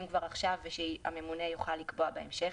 כבר עכשיו ושהממונה יוכל לקבוע בהמשך,